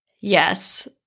Yes